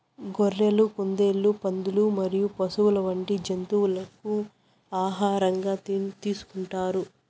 గొర్రెలు, కుందేళ్లు, పందులు మరియు పశువులు వంటి జంతువులను ఆహారంగా తీసుకుంటారు